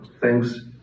thanks